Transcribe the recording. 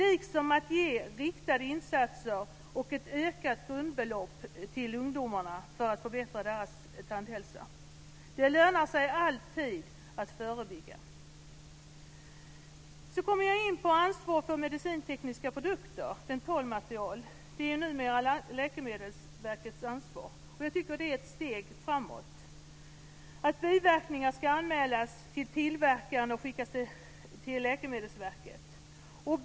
Man bör ge riktade insatser och ett ökat grundbelopp till ungdomarna för att förbättra deras tandhälsa. Det lönar sig alltid att förebygga. Så kommer jag in på ansvar för medicintekniska produkter, dentalmaterial. Det är numera Läkemedelsverkets ansvar. Jag tycker att det är ett steg framåt. Biverkningar ska anmälas till tillverkaren och till Läkemedelsverket.